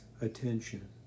attention